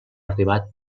arribat